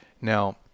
Now